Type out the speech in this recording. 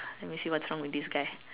let me see what's wrong with this guy